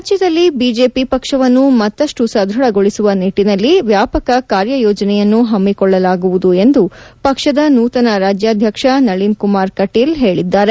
ರಾಜ್ಯದಲ್ಲಿ ಬಿಜೆಪಿ ಪಕ್ಷವನ್ನು ಮತ್ತಷ್ಟು ಸದ್ವಧಗೊಳಿಸುವ ನಿಟ್ಟಿನಲ್ಲಿ ವ್ಯಾಪಕ ಕಾರ್ಯಯೋಜನೆಯನ್ನು ಹಮ್ಮಿಕೊಳ್ಳಲಾಗುವುದು ಎಂದು ಪಕ್ಷದ ನೂತನ ರಾಜ್ಯಾಧ್ಯಕ್ಷ ನಳಿನ್ ಕುಮಾರ್ ಕಟೀಲ್ ಹೇಳಿದ್ದಾರೆ